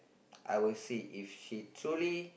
I will see if she truly